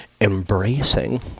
embracing